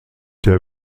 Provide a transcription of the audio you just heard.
der